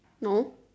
no